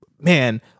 man